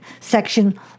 section